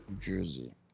Jersey